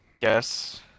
Yes